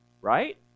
Right